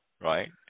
Right